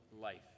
life